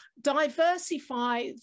diversify